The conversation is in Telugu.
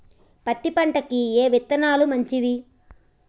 పత్తి పంటకి ఏ విత్తనాలు మంచివి?